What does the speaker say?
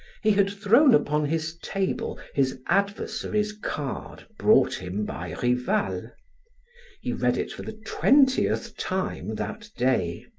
he had thrown upon his table his adversary's card brought him by rival. he read it for the twentieth time that day